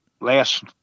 last